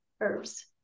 herbs